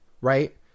Right